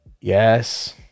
Yes